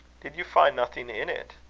did you find nothing in it?